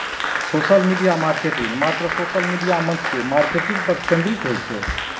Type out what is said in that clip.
social media marketing मात्र social media मंच के मार्केटिंग पर केंद्रित होइ छै